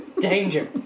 Danger